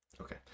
Okay